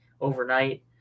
overnight